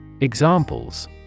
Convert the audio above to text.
Examples